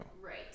Right